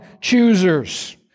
choosers